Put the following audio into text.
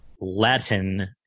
Latin